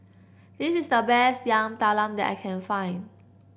this is the best Yam Talam that I can find